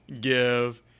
give